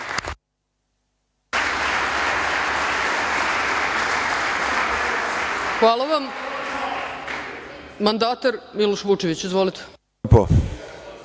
Hvala vam. Mandatar, Miloš Vučević. Izvolite.